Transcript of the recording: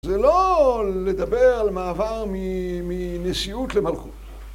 זה לא לדבר על מעבר מנשיאות למלכות.